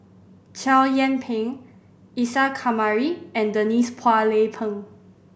Chow Yian Ping Isa Kamari and Denise Phua Lay Peng